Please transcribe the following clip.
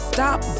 Stop